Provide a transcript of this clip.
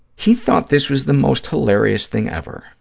he thought this was the most hilarious thing ever.